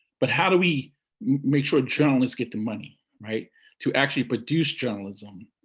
but how do we make sure journalists get the money right to actually produce journalism?